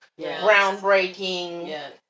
groundbreaking